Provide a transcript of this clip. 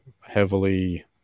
heavily